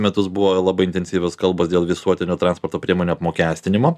metus buvo labai intensyvūs kalbos dėl visuotinio transporto priemonių apmokestinimo